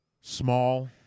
small